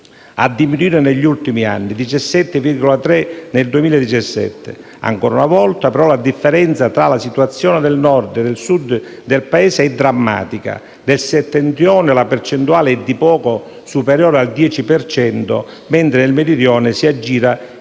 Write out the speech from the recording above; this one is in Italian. a diminuire negli ultimi anni (17,3 nel 2017). Ancora una volta, però, la differenza tra la situazione del Nord e quella del Sud del Paese è drammatica: nel Settentrione la percentuale è di poco superiore al 10 per cento, mentre nel Mezzogiorno si aggira intorno